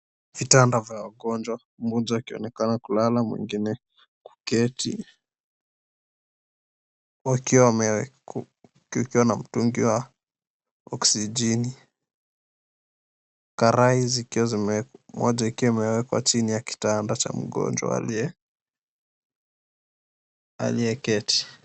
Vitanda vya wagonjwa, mmoja akionekana kulala mwingine kuketi kukiwa na mtungi wa oxygen . Karai moja ikiwa imewekwa chini ya kitanda cha mgonjwa aliyeketi.